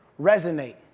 resonate